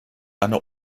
eine